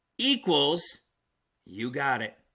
equals you got it